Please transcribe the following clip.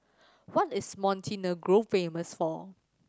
what is Montenegro famous for